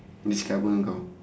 dia cakap apa dengan kau